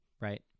Right